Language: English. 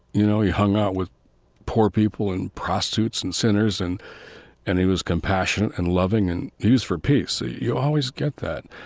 you know, he hung out with poor people and prostitutes and sinners and and he was compassionate and loving and he was for peace you always get that.